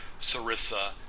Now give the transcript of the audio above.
Sarissa